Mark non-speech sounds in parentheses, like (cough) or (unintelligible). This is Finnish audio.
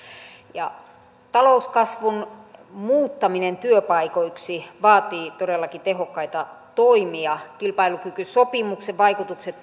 talouskasvun muuttaminen työpaikoiksi vaatii todellakin tehokkaita toimia kilpailukykysopimuksen vaikutukset (unintelligible)